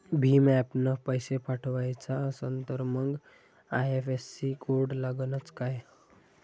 भीम ॲपनं पैसे पाठवायचा असन तर मंग आय.एफ.एस.सी कोड लागनच काय?